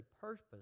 purpose